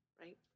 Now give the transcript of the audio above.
Right